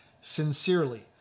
sincerely